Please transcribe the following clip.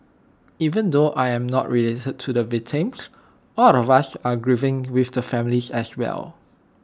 even though I am not related to the victims all of us are grieving with the families as well